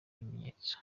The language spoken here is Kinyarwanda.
bimenyetso